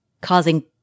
causing